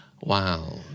Wow